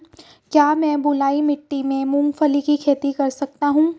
क्या मैं बलुई मिट्टी में मूंगफली की खेती कर सकता हूँ?